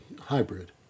hybrid